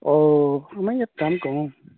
অঁ আমাৰ ইয়াত দাম কম